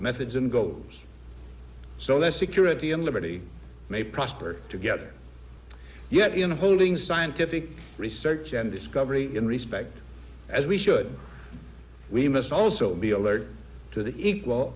go so that security and liberty may prosper together yet in holding scientific research and discovery and respect as we should we must also be alert to the equal